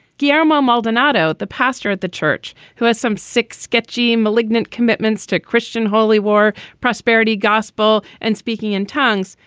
yeah ah um ah maldonado, the pastor at the church who has some six sketchy and malignant commitments to christian holy war, prosperity, gospel and speaking in tongues.